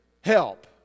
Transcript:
help